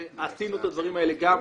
עשינו את התחקירים האלה גם.